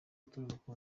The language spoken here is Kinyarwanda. aturuka